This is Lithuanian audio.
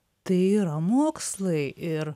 tai yra mokslai ir